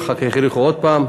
ואחר כך האריכו עוד פעם.